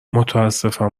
متاسفم